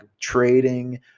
trading